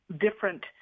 different